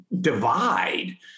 divide